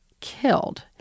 killed